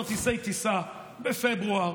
כרטיסי טיסה בפברואר,